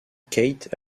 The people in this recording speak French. kate